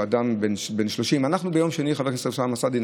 אדם בן 30. חבר הכנסת אוסאמה סעדי,